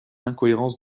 incohérence